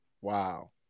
Wow